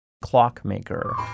clockmaker